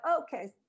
okay